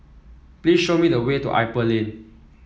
please show me the way to Ipoh Lane